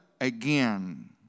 again